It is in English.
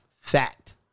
fact